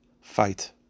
Fight